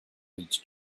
reach